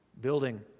building